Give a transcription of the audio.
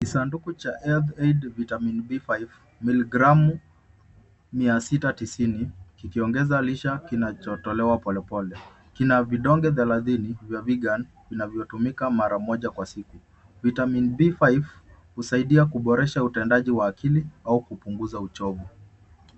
Kisanduku cha help aid vitamin B5 miligramu 690 kikiongeza lisha kinachotolewa polepole kina vidonge thelathini vya vegan vinavyotumika mara moja kwa siku. Vitamin B5 husaidia kuboresha utendaji wa akili au kupunguza uchovu.